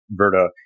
Verta